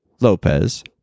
Lopez